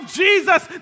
jesus